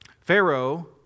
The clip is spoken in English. Pharaoh